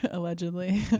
Allegedly